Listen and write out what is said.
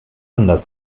anders